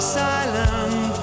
silent